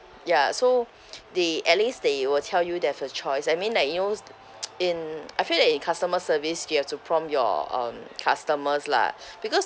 ya so they at least they will tell you there's a choice I mean like you knows in I feel that in customer service you have to prompt your um customers lah because